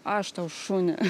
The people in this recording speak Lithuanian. aš tau šunį